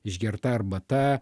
išgerta arbata